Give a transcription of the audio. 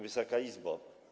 Wysoka Izbo!